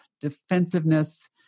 defensiveness